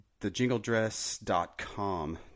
thejingledress.com